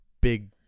big